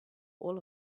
all